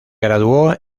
graduó